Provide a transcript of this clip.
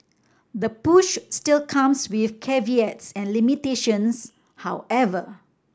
the push still comes with caveats and limitations however